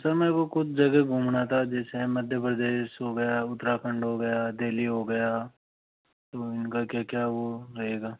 sir मेरे को कुछ जगह घूमना था जैसा मध्य प्रदेश हो गया उत्तराखंड हो गया देहली हो गया तो उनका क्या क्या वो रहेगा